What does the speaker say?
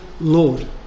Lord